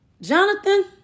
Jonathan